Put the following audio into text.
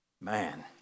Man